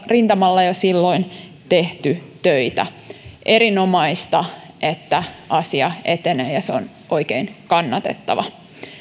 rintamalla jo silloin tehty töitä erinomaista että asia etenee ja se on oikein kannatettava